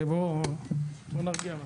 בואו נרגיע.